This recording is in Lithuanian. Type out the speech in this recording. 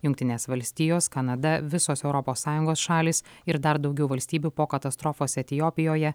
jungtinės valstijos kanada visos europos sąjungos šalys ir dar daugiau valstybių po katastrofos etiopijoje